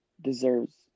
deserves